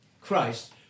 Christ